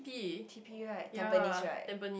T_P right Tampines right